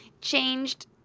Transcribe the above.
changed